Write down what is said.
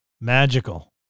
Magical